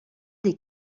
des